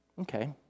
Okay